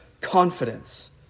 confidence